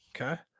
Okay